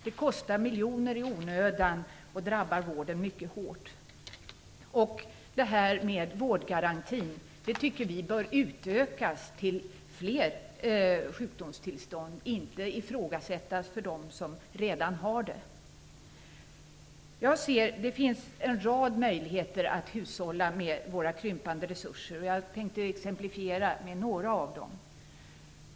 Det kostar miljoner i onödan och drabbar vården mycket hårt. Vi tycker att vårdgarantin bör utökas till fler sjukdomstillstånd, inte ifrågasättas för dem som redan har den. Jag ser en rad möjligheter att hushålla med våra krympande resurser, och jag tänkte exemplifiera med några av dem.